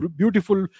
beautiful